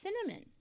cinnamon